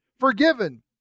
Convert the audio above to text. forgiven